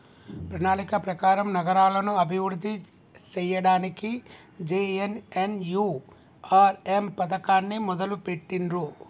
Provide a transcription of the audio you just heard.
ప్రణాళిక ప్రకారం నగరాలను అభివృద్ధి సేయ్యడానికి జే.ఎన్.ఎన్.యు.ఆర్.ఎమ్ పథకాన్ని మొదలుబెట్టిర్రు